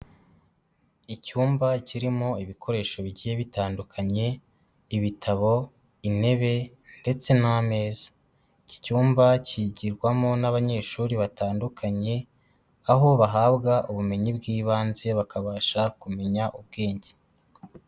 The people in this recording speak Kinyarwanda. Icyumba kirimo ibikoresho bigiye bitandukanye, ibitabo, intebe ndetse n'ameza, iki cyumba kigirwamo n'abanyeshuri batandukanye, aho bahabwa ubumenyi bw'ibanze bakabasha kumenya ubwenge.